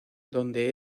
donde